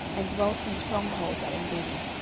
and dwelt in strong holds at engedi.